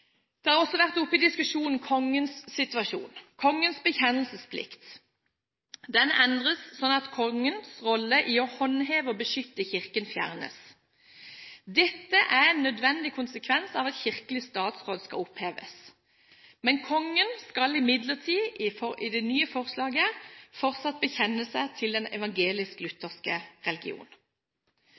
har også vært oppe i diskusjonen – Kongens bekjennelsesplikt. Den endres, sånn at Kongens rolle i å håndheve og beskytte Kirken fjernes. Dette er en nødvendig konsekvens av at kirkelig statsråd skal oppheves, men Kongen skal imidlertid i det nye forslaget fortsatt bekjenne seg til den evangelisk-lutherske religion.